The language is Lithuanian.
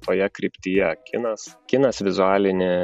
toje kryptyje kinas kinas vizualinė